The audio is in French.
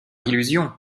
illusion